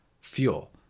fuel